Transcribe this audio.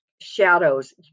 shadows